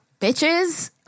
bitches